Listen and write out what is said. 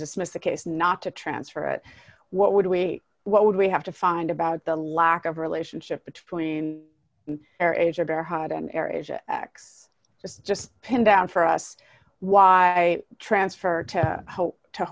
dismiss the case not to transfer it what would we what would we have to find about the lack of relationship between acts just just pinned out for us why transfer to